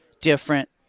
different